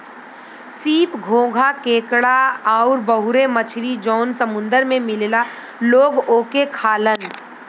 सीप, घोंघा केकड़ा आउर बहुते मछरी जौन समुंदर में मिलला लोग ओके खालन